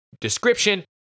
description